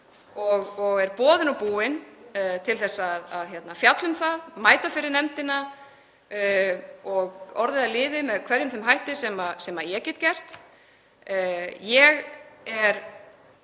ég er boðin og búin til að fjalla um hana, mæta fyrir nefndina og verða að liði með hverjum þeim hætti sem ég get. Ég er